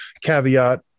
caveat